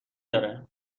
داره